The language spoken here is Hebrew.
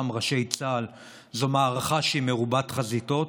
ראשי צה"ל הוא מערכה שהיא מרובת חזיתות,